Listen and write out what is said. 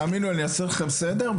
אני אעשה לכם סדר,